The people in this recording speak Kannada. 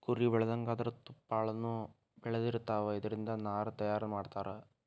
ಕುರಿ ಬೆಳದಂಗ ಅದರ ತುಪ್ಪಳಾನು ಬೆಳದಿರತಾವ, ಇದರಿಂದ ನಾರ ತಯಾರ ಮಾಡತಾರ